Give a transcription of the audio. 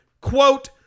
quote